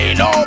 no